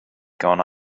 gone